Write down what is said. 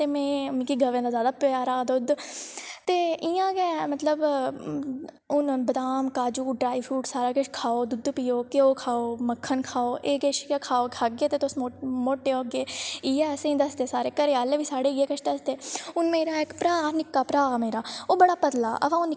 ते में मिगी गवै दा जादा प्यारा दुद्ध ते इ'यां गै मतलब हून बदाम काजू ड्राई फरूट सारा किश खाओ दुद्ध पियो घ्यो खाओ मक्खन खाओ एह् किश गै खाओ खाह्गे ते तुस मोटे होगे इ'यै असें ई दसदे सारे घरै आह्ले बी साढ़े इ'यै किश दस्सदे हून मेरा इक भ्राऽ निक्का भ्राऽ मेरा ओह् बड़ा पतला अवा ओह्